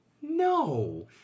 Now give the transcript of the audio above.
no